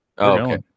okay